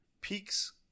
peaks